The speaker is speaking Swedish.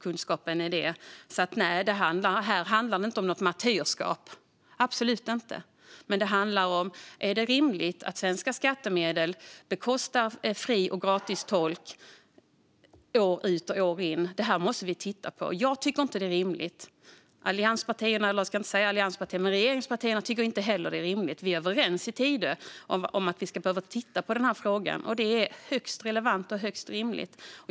Här handlar det absolut inte om något martyrskap, utan det handlar om huruvida det är rimligt att svenska skattemedel bekostar gratis tolk år ut och år in. Detta måste vi titta på. Jag tycker inte att det är rimligt. Regeringspartierna tycker inte heller att det är rimligt. Partierna bakom Tidöavtalet är överens om att vi behöver titta på denna fråga. Det är högst relevant och högst rimligt.